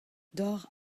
dor